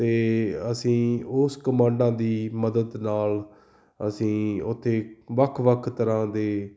ਅਤੇ ਅਸੀਂ ਉਸ ਕਮਾਂਡਾਂ ਦੀ ਮਦਦ ਨਾਲ ਅਸੀਂ ਉੱਥੇ ਵੱਖ ਵੱਖ ਤਰ੍ਹਾਂ ਦੇ